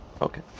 Okay